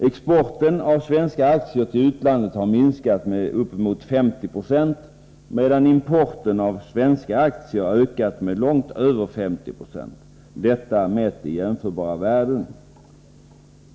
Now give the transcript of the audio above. Exporten av svenska aktier till utlandet har minskat med uppemot 50 90, medan importen av svenska aktier ökat med långt över 50 90 — detta mätt i jämförbara värden.